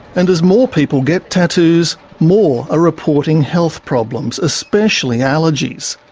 and as more people get tattoos, more are reporting health problems, especially allergies.